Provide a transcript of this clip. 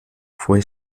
fué